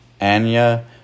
Anya